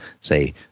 say